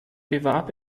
bewarb